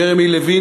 ג'רמי לוין,